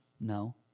No